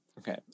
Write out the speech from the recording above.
Okay